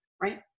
right